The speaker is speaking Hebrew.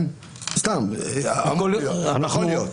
יכול להיות?